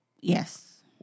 Yes